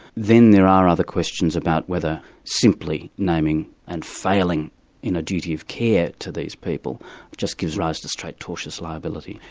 then there are other questions about whether simply naming and failing in a duty of care to these people just gives rise to straight tortious liability.